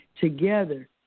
together